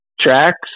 tracks